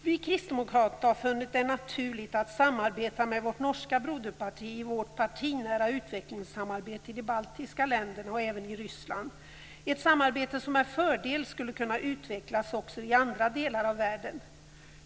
Vi kristdemokrater har funnit det naturligt att samarbeta med vårt norska broderparti i vårt partinära utvecklingssamarbete i de baltiska länderna och även i Ryssland, ett samarbete som med fördel skulle kunna utvecklas också i andra delar av världen.